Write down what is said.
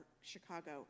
Chicago